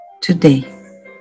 Today